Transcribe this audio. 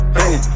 hey